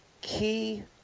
key